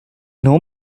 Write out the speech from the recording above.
know